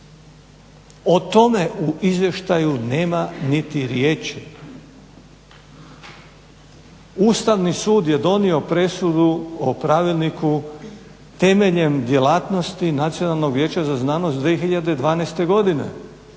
O tome u izvještaju nema niti riječi. Ustavni sud je donio presudu o Pravilniku temeljem djelatnosti Nacionalnog vijeća za znanost 2012. godine.